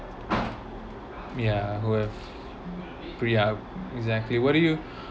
yeah who have yeah exactly what do you